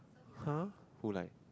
!huh! who like